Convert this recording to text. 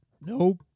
Nope